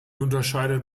unterscheidet